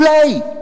אולי,